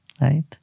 right